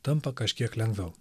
tampa kažkiek lengviau